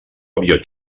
avió